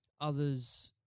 others